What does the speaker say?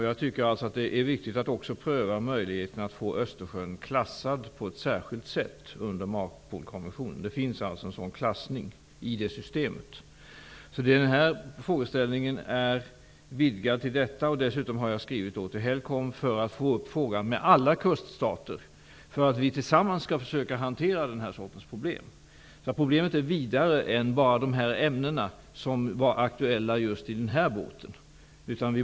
Jag tycker alltså att det är viktigt att också pröva möjligheten att få Östersjön klassad på ett särskilt sätt under MARPOL-konventionen. Det finns en sådan klassning i det systemet. Frågeställningen är vidgad till detta, och dessutom har jag skrivit till HELCOM om att få upp frågan med alla kuststater, för att vi tillsammans skall försöka hantera den här sortens problem. Så problemet är vidare än bara de ämnen som var aktuella vid det haveri som Ulla Petterssons fråga avser.